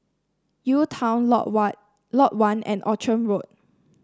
UTown Lot One Lot One and Outram Road